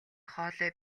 хоолой